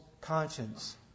conscience